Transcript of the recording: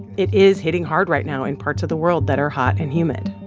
it is hitting hard right now in parts of the world that are hot and humid